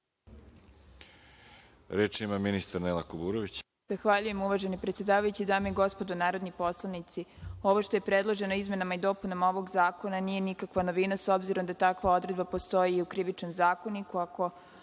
Reč ima ministar Nela Kuburović.